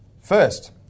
first